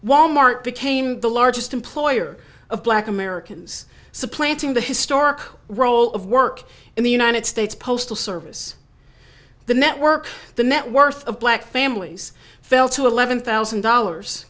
wal mart became the largest employer of black americans supplanting the historic role of work in the united states postal service the network the net worth of black families fell to eleven thousand dollars